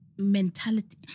mentality